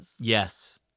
Yes